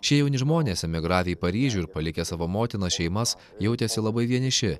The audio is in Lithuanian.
šie jauni žmonės emigravę į paryžių ir palikę savo motinas šeimas jautėsi labai vieniši